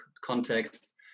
context